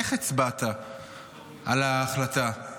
איך הצבעת על ההחלטה?